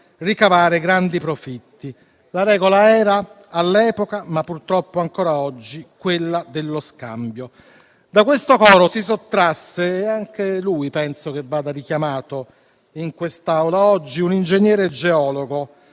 ricavare grandi profitti. La regola era all'epoca, ma purtroppo ancora oggi, quella dello scambio. Da questo coro si sottrasse - anche lui penso che vada richiamato in quest'Aula oggi - un ingegnere geologo,